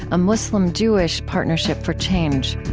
a muslim-jewish partnership for change